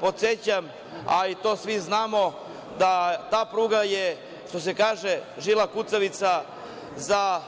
Podsećam, a to svi znamo, da je ta pruga, što se kaže, žila kucavica za